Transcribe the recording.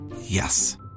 Yes